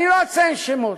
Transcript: אני לא אציין שמות,